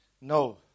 No